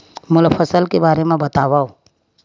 मोला फसल के बारे म बतावव?